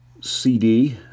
CD